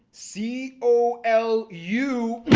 c o l u.